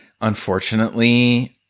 Unfortunately